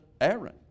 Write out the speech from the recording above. Aaron